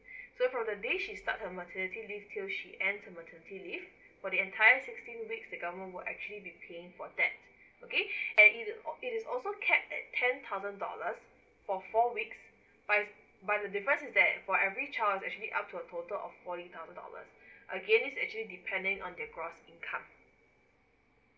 so from the day she starts her maternity leave till she ends her maternity leave for the entire sixteen weeks the government will actually be paying for that okay and it is it is also cap at ten thousand dollars for four weeks but is but it's difference is that for every child is actually up to a total of forty dollar again is actually depending on the gross income